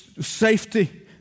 safety